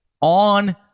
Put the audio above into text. on